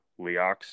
Leox